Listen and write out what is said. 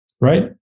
right